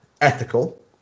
ethical